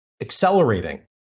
accelerating